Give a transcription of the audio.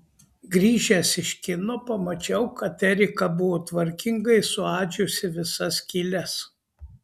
grįžęs iš kino pamačiau kad erika buvo tvarkingai suadžiusi visas skyles